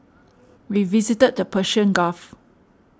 we visited the Persian Gulf